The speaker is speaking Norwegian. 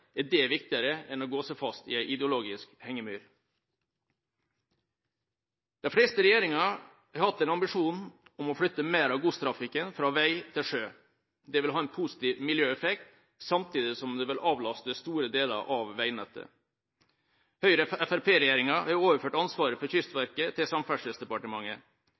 er det viktigere enn å gå seg fast i en ideologisk hengemyr. De fleste regjeringer har hatt en ambisjon om å flytte mer av godstrafikken fra vei til sjø. Det vil ha en positiv miljøeffekt, samtidig som det vil avlaste store deler av veinettet. Høyre–Fremskrittsparti-regjeringa har overført ansvaret for Kystverket til Samferdselsdepartementet.